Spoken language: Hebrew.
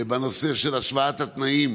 בנושא השוואת התנאים